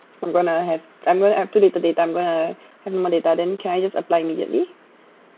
I'm gonna have I'm gonna add two gig~ data I'm gonna have more data then can I just apply immediately